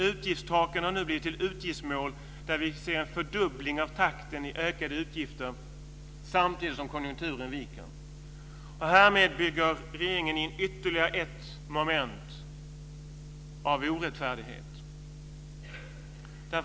Utgiftstaken har blivit till utgiftsmål, och vi ser en fördubbling av takten i utgiftsökningen. Samtidigt viker konjunkturen. Regeringen bygger härmed in ytterligare ett moment av orättfärdighet.